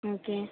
okay